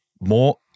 more